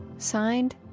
Signed